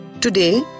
Today